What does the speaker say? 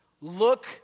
look